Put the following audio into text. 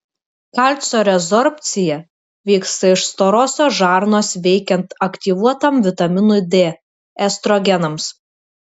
kalcio rezorbcija vyksta iš storosios žarnos veikiant aktyvuotam vitaminui d estrogenams